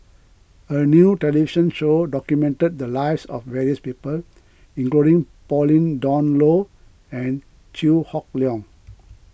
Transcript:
a new television show documented the lives of various people including Pauline Dawn Loh and Chew Hock Leong